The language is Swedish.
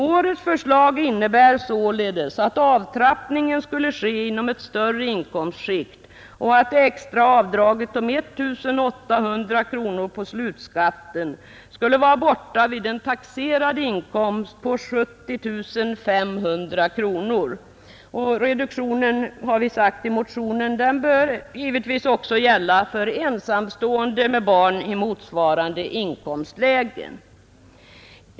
Årets förslag innebär således att avtrappningen skulle ske inom ett större inkomstskikt och att extraavdraget om 1 800 kronor på slutskatten skulle vara borta vid en taxerad inkomst på 70 500 kronor. Reduktionen bör, har vi sagt i motionen, givetvis också gälla för ensamstående med barn i motsvarande inkomstlägen.